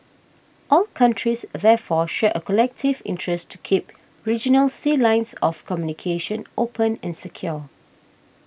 all countries therefore share a collective interest to keep regional sea lines of communication open and secure